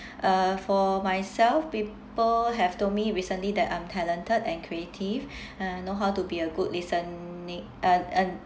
uh for myself people have told me recently that I'm talented and creative uh know how to be a good listening list~